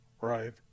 Right